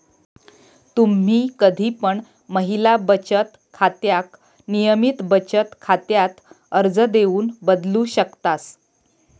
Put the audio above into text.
तुम्ही कधी पण महिला बचत खात्याक नियमित बचत खात्यात अर्ज देऊन बदलू शकतास